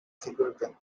security